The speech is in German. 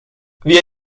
wir